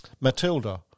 Matilda